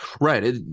right